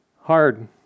Hard